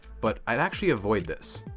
but i'd actually avoid this,